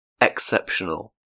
Exceptional